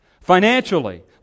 Financially